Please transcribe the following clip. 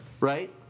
Right